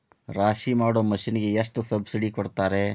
ರಾಶಿ ಮಾಡು ಮಿಷನ್ ಗೆ ಎಷ್ಟು ಸಬ್ಸಿಡಿ ಕೊಡ್ತಾರೆ?